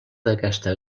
d’aquesta